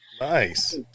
Nice